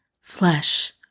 flesh